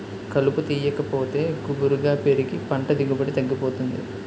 కలుపు తీయాకపోతే గుబురుగా పెరిగి పంట దిగుబడి తగ్గిపోతుంది